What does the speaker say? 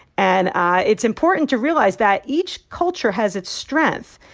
and ah it's important to realize that each culture has its strengths.